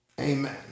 amen